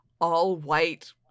all-white